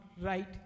right